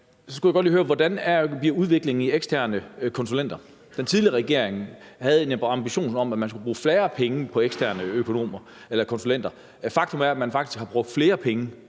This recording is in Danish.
skal jeg bare lige høre, hvordan udviklingen i eksterne konsulenter bliver. Den tidligere regering havde en ambition om, at man skulle bruge færre penge på eksterne konsulenter. Faktum er, at man har brugt flere penge